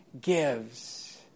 gives